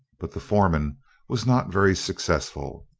but the foreman was not very successful.